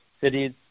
cities